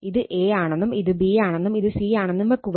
ഇത് A ആണെന്നും ഇത് B ആണെന്നും ഇത് C ആണെന്നും വെക്കുക